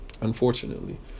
unfortunately